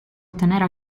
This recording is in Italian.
ottenere